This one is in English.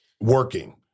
working